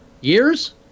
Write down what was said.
years